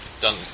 done